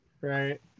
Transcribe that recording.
right